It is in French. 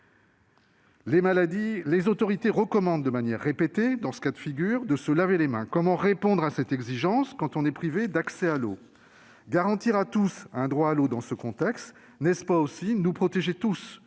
Les autorités recommandent de manière répétée de se laver les mains. Comment répondre à cette exigence quand on est privé d'accès à l'eau ? Garantir à tous un droit à l'eau dans ce contexte, n'est-ce pas aussi nous protéger tous ?